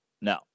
no